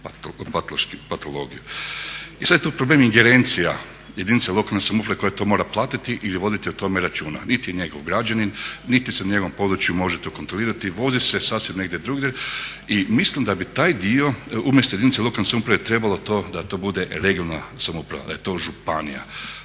I sad je tu problem ingerencija jedinice lokalne samouprave koja to mora platiti ili voditi o tome računa. Niti je njegov građanin, niti se na njegovom području može to kontrolirati. Vodi se sasvim negdje drugdje i mislim da bi taj udio umjesto jedinice lokalne samouprave trebalo to da to bude regionalna samouprava, da je to županija